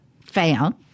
found